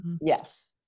Yes